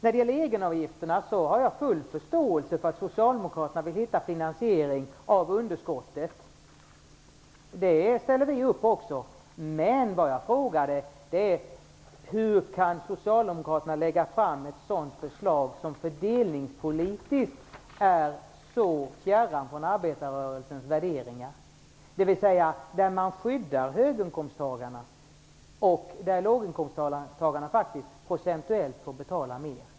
Beträffande egenavgifterna vill jag säga att jag har full förståelse för att Socialdemokraterna vill hitta en finansiering av underskottet. Det ställer vi också upp på. Men vad jag frågade var: Hur kan Socialdemokraterna lägga fram ett förslag som fördelningspolitiskt är så fjärran från arbetarrörelsens värderingar - dvs. ett förslag som innebär att höginkomsttagarna skyddas? Låginkomsttagarna däremot får eventuellt betala mera.